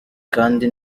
kandi